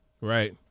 Right